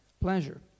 pleasure